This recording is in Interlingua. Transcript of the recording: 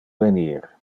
venir